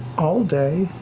all day.